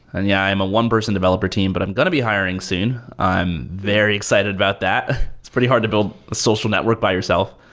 and yeah, i am a one person developer team, but i'm going to be hiring soon. i'm very excited about that. it's pretty hard to build a social network by yourself.